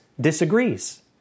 disagrees